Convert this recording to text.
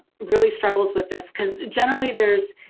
really struggles with this because generally there's.